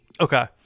okay